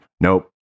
nope